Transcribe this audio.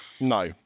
No